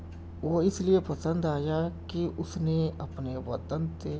وہ اس لیے پسند آیا کہ اس نے اپنے وطن سے